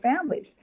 families